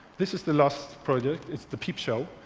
this is the last project. it's the peep show.